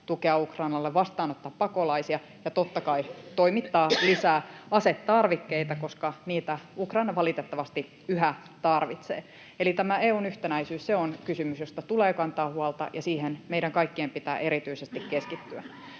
tukea Ukrainalle, vastaanottaa pakolaisia ja, totta kai, toimittaa lisää asetarvikkeita, koska niitä Ukraina valitettavasti yhä tarvitsee. Eli tämä EU:n yhtenäisyys on kysymys, josta tulee kantaa huolta, ja siihen meidän kaikkien pitää erityisesti keskittyä.